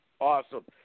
Awesome